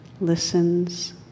listens